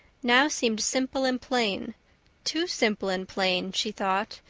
now seemed simple and plain too simple and plain, she thought,